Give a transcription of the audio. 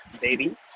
baby